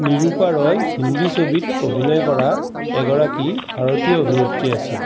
নিৰুপা ৰয় হিন্দী ছবিত অভিনয় কৰা এগৰাকী ভাৰতীয় অভিনেত্ৰী আছিল